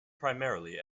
primarily